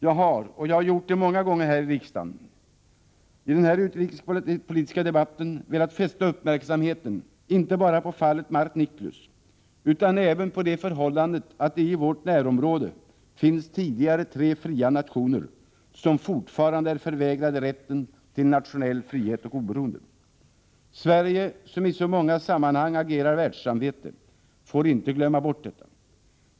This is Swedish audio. Jag har — och jag har gjort det många gånger här i riksdagen — i denna utrikespolitiska debatt velat fästa uppmärksamhet inte bara på fallet Mart Niklus utan även på förhållandet att det i vårt närområde finns tre tidigare fria nationer som fortfarande är förvägrade rätten till nationell frihet och oberoende. Sverige — som i så många sammanhang agerar världssamvete — får inte glömma bort detta.